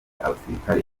abasirikare